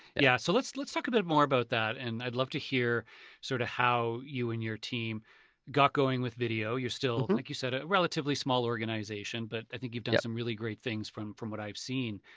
yeah, so let's let's talk a bit more about that. v and i'd love to hear sorta how you and your team got going with video. you're still like you said a relatively small organization. but i think you've done some really great things from from what i've seen.